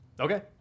Okay